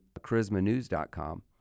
charismanews.com